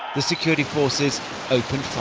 the security forces opened fire.